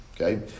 Okay